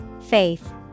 Faith